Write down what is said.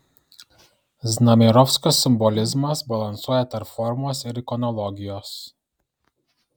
znamierovskio simbolizmas balansuoja tarp formos ir ikonologijos